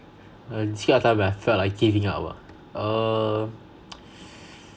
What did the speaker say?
time when I felt like giving up ah err